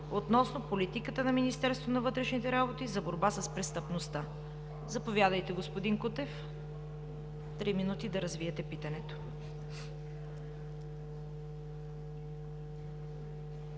относно политиката на Министерството на вътрешните работи за борба с престъпността. Заповядайте, господин Кутев – три минути да развиете питането